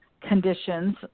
conditions